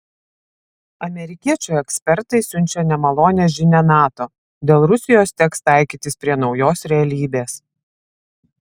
amerikiečių ekspertai siunčia nemalonią žinią nato dėl rusijos teks taikytis prie naujos realybės